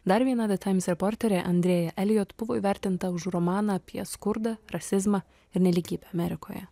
dar viena ze taims reporterė andrėja elijot buvo įvertinta už romaną apie skurdą rasizmą ir nelygybę amerikoje